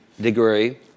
degree